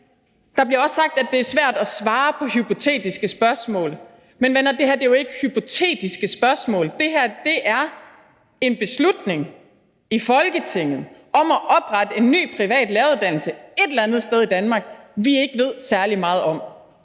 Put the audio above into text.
Der bliver også sagt, at det er svært at svare på hypotetiske spørgsmål, men venner, det her er jo ikke hypotetiske spørgsmål, det her er en beslutning i Folketinget om at oprette en ny, privat læreruddannelse et eller andet sted i Danmark, vi ikke ved særlig meget om.